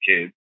kids